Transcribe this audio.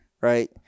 right